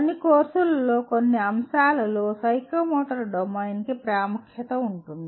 కొన్ని కోర్సులలో కొన్ని అంశాలలో సైకోమోటర్ డొమైన్ కి ప్రాముఖ్యత ఉంటుంది